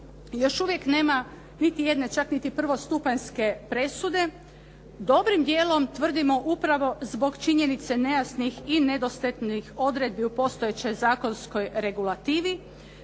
još uvijek nema niti jedne, prvostupanjske presude, dobrim dijelom tvrdimo upravo zbog činjenice nejasnih i nedostatnih odredbi u postojeće zakonskoj regulativi,